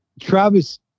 Travis